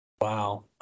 Wow